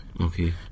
Okay